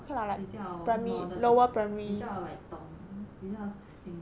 比较 modern 比较 like 懂比较新啦